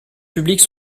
publics